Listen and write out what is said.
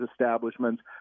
establishments